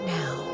now